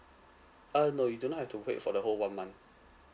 uh no you do not have to wait for the whole one month